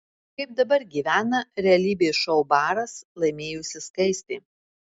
kaip dabar gyvena realybės šou baras laimėjusi skaistė